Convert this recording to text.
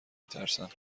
میترسم